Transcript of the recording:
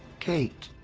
kate,